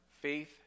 Faith